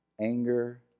anger